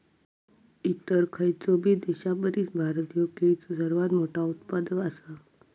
इतर खयचोबी देशापरिस भारत ह्यो केळीचो सर्वात मोठा उत्पादक आसा